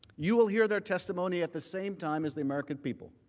you will hear their testimony at the same time as the american people.